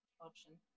option